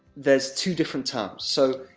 there's two different terms. so,